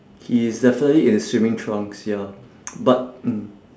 he is definitely in his swimming trunks ya but mm